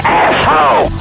asshole